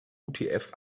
utf